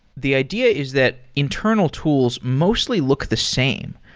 the idea is that internal tools mostly look the same.